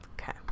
okay